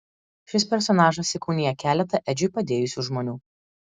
šis personažas įkūnija keletą edžiui padėjusių žmonių